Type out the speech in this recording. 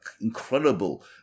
incredible